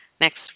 Next